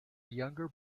younger